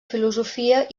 filosofia